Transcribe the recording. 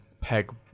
peg